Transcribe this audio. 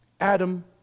Adam